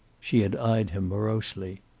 she had eyed him morosely.